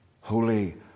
Holy